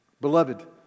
Beloved